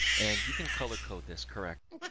and you can color code this, correct?